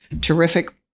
terrific